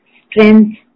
strength